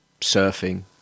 surfing